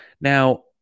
Now